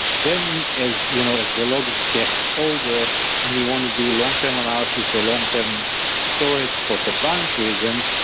then as you know as the logs get older and you want to do long-term analysis, or long-term storage for compliance reasons,